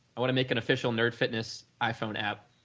i want to make an official nerd fitness iphone app.